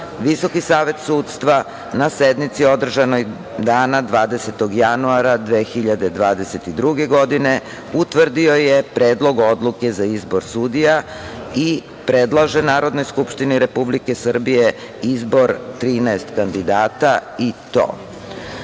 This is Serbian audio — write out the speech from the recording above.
o sudijama, VSS na sednici održanoj dana 20. januara 2022. godine utvrdio je Predlog odluke za izbor sudija i predlaže Narodnoj skupštini Republike Srbije izbor 13 kandidata i to